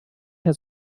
herr